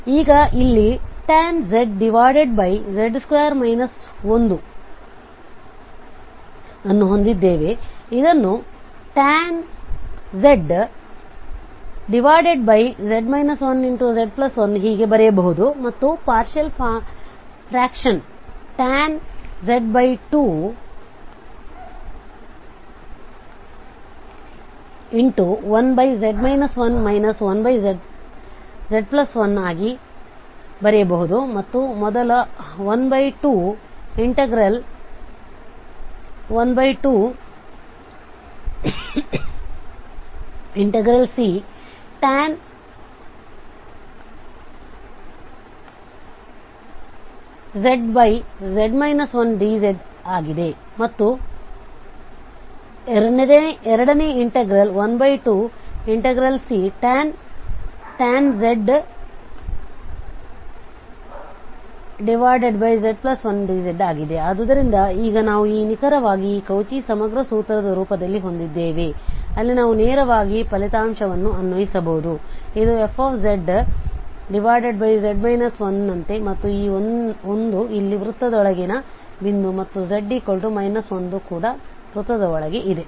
ಈಗ ಇಲ್ಲಿ tan z ಅನ್ನು ಹೊಂದಿದ್ದೇವೆ ಇದನ್ನು tan z z1 ಹೀಗೆ ಬರೆಯಬಹುದು ಮತ್ತು partial fraction tan z 21 1z1 ಆಗಿದೆ ಮತ್ತು ಮೊದಲ 12 integral 12 integral 12Ctan z dz ಆಗಿದೆ ಮತ್ತು ಎರಡನೇ ಇನ್ಟೆಗ್ರಲ್ 12Ctan z z1dz ಆಗಿದೆ ಆದ್ದರಿಂದ ಈಗ ನಾವು ನಿಖರವಾಗಿ ಈ ಕೌಚಿ ಸಮಗ್ರ ಸೂತ್ರದ ರೂಪದಲ್ಲಿ ಹೊಂದಿದ್ದೇವೆ ಅಲ್ಲಿ ನಾವು ನೇರವಾಗಿ ಫಲಿತಾಂಶವನ್ನು ಅನ್ವಯಿಸಬಹುದು ಇದು fzz 1 ನಂತೆ ಮತ್ತು ಈ 1 ಇಲ್ಲಿ ವೃತ್ತದೊಳಗಿನ ಬಿಂದು ಮತ್ತು z 1 ಕೂಡ ವೃತ್ತದ ಒಳಗೆ ಇದೆ